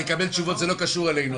אני אקבל תשובות: זה לא קשור אלינו.